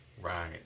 Right